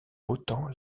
autant